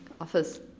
office